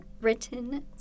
written